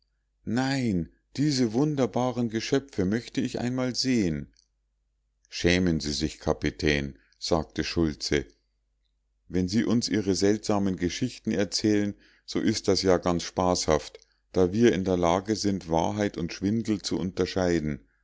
nein diese wunderbaren geschöpfe möchte ich einmal sehen schämen sie sich kapitän sagte schultze wenn sie uns ihre seltsamen geschichten erzählen so ist das ja ganz spaßhaft da wir in der lage sind wahrheit und schwindel zu unterscheiden